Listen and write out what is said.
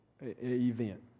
event